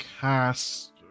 cast